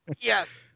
Yes